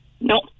No